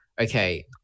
okay